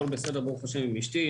הכול בסדר ברוך השם עם אשתי,